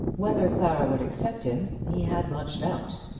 whether clara would accept him he had much doubt.